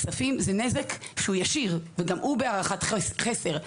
זהו נזק ישיר, וגם הוא בהערכת חסר.